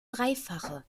dreifache